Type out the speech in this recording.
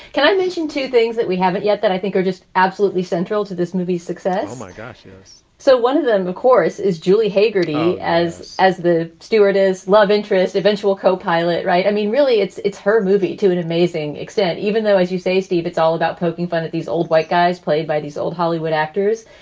can i mention two things that we haven't yet that i think are just absolutely central to this movie's success? oh, my gosh. so one of them, of course, is julie haggerty. as as the stewart is love interest eventual co-pilot. right. i mean, really, it's it's her movie to an amazing extent, even though, as you say, steve, it's all about poking fun at these old white guys played by these old hollywood actors.